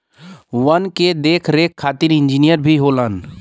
वन के देख रेख खातिर इंजिनियर भी होलन